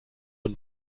und